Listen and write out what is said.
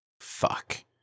Fuck